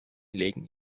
legen